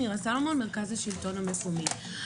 אני מירה סלומון, מהמרכז השלטון המקומי.